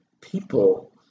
people